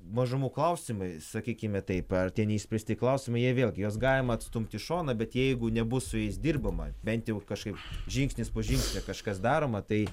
mažumų klausimai sakykime taip ar tie neišspręsti klausimai jie vėlgi juos galima atstumti į šoną bet jeigu nebus su jais dirbama bent jau kažkaip žingsnis po žingsnio kažkas daroma tai